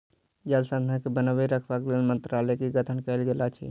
जल संसाधन के बनौने रखबाक लेल मंत्रालयक गठन कयल गेल अछि